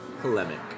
polemic